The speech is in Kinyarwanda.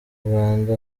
rwanda